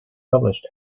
published